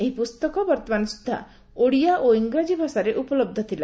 ଏହି ପୁସ୍ତକ ବର୍ତ୍ତମାନ ସୁଦ୍ଧା ଓଡ଼ିଆ ଓ ଇଂରାଜୀ ଭାଷାରେ ଉପଲବ୍ଧ ଥିଲା